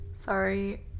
Sorry